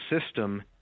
system